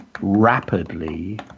rapidly